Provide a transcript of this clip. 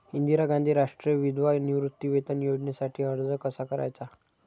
इंदिरा गांधी राष्ट्रीय विधवा निवृत्तीवेतन योजनेसाठी अर्ज कसा करायचा?